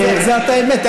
לא, אבל זאת האמת.